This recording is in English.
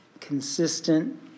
consistent